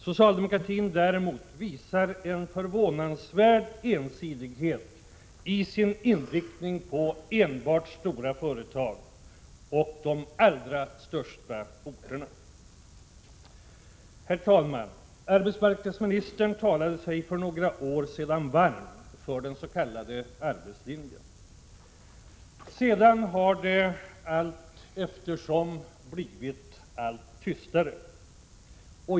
Socialdemokratin däremot visar en förvånansvärd ensidighet i sin inriktning på enbart stora företag och de allra största orterna. Herr talman! För några år sedan talade sig arbetsmarknadsministern varm för den s.k. arbetslinjen. Sedan har det allteftersom blivit allt tystare.